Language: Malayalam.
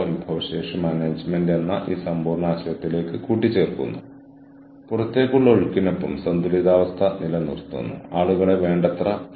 ഗ്രഹിച്ച മൂല്യവും ഉൾപ്പെട്ടിരിക്കുന്ന ഗ്രഹിച്ച പരിശ്രമവും അളക്കേണ്ടതുണ്ട് കൂടാതെ സന്തുലിതമാക്കേണ്ടതുമുണ്ട്